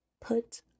Put